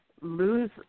lose